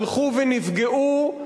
הלכו ונפגעו,